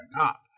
up